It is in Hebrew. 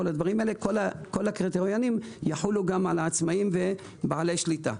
כל הקריטריונים יחולו גם על העצמאים ובעלי שליטה.